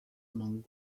among